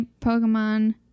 pokemon